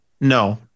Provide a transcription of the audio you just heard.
No